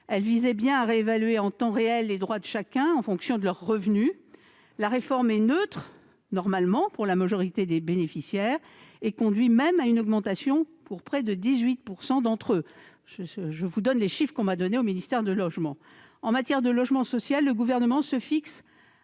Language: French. APL visait bien à réévaluer en temps réel les droits de chacun en fonction de ses revenus. La réforme est neutre normalement pour la majorité des bénéficiaires et conduit même à une augmentation pour près de 18 % d'entre eux, selon les chiffres du ministère du logement. Enfin, en matière de logement social, le Gouvernement se fixe